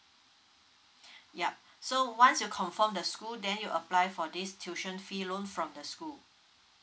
yup so once you confirm the school then you apply for this tuition fee loan from the school